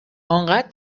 آنقدر